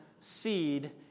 seed